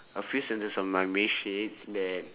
a few sentence of my message that